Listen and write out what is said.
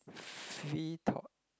free thought